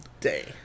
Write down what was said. day